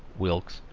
wilkes,